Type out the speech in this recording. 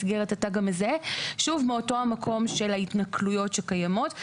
זה שוב, מאותו מקום של התנכלויות שקיימות.